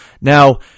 Now